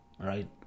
right